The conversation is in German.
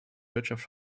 wirtschaft